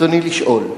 רצוני לשאול: